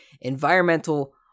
environmental